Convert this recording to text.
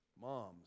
Moms